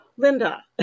Linda